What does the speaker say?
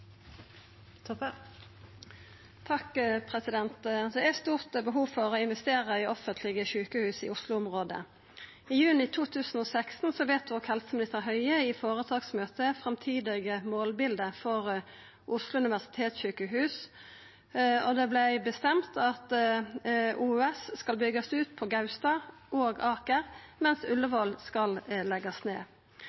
stort behov for å investera i offentlege sjukehus i Oslo-området. I juni 2016 vedtok helseminister Høie i føretaksmøtet framtidige målbilde for Oslo universitetssjukehus, OUS, og det vart bestemt at OUS skulle byggjast ut på Gaustad og Aker, mens